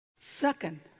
Second